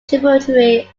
tributary